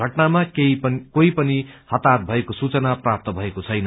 घटनामा कोही पनि हताइत भएको सूचना प्राप्त भएको छैन